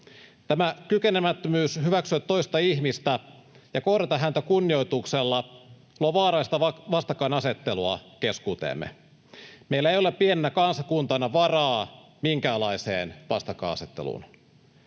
Tämä kykenemättömyys hyväksyä toista ihmistä ja kohdata häntä kunnioituksella luo vaarallista vastakkainasettelua keskuuteemme. Meillä ei ole pienenä kansankuntana varaa minkäänlaiseen vastakkainasetteluun.